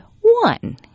one